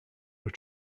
were